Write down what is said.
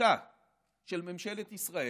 ושתיקה של ממשלת ישראל,